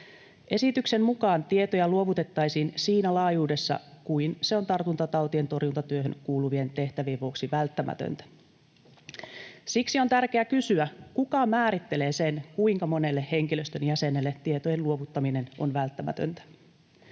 Esityksen mukaan tietoja luovutettaisiin siinä laajuudessa kuin se on tartuntatautien torjuntatyöhön kuuluvien tehtävien vuoksi välttämätöntä. Siksi on tärkeää kysyä, kuka määrittelee sen, kuinka monelle henkilöstön jäsenelle tietojen luovuttaminen on välttämätöntä.